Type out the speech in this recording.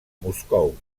moscou